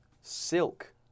Silk